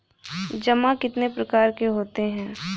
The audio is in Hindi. जमा कितने प्रकार के होते हैं?